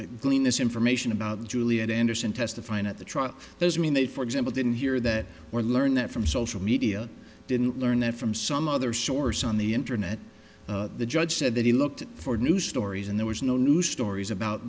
this information about juliet anderson testifying at the trial there's i mean they for example didn't hear that or learned that from social media didn't learn that from some other source on the internet the judge said that he looked for new stories and there was no new stories about